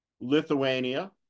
Lithuania